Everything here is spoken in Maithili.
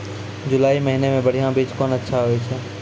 जुलाई महीने मे बढ़िया बीज कौन अच्छा होय छै?